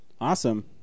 Awesome